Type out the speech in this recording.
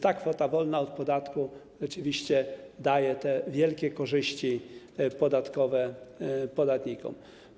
Ta kwota wolna od podatku rzeczywiście daje wielkie korzyści podatkowe podatnikom.